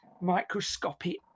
Microscopic